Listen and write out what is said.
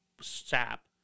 sap